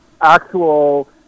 actual